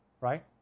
right